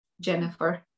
Jennifer